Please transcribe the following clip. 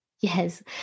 Yes